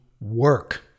work